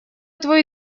твой